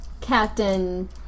Captain